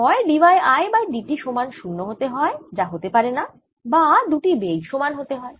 হয় d y I by d t সমান 0 হতে হয় যা হতে পারেনা বা দুটি বেগ সমান হতে হয়